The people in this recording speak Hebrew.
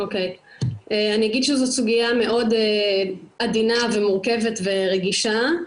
אני אגיד שזאת סוגיה מאוד עדינה ומורכבת ורגישה.